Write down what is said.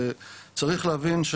צריך להבין,